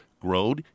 grown